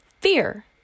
fear